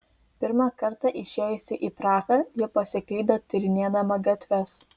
pirmą kartą išėjusi į prahą ji pasiklydo tyrinėdama gatves